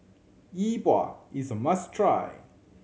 Yi Bua is a must try